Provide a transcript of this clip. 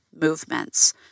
movements